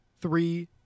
three